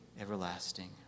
everlasting